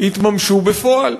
יתממשו בפועל.